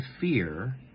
fear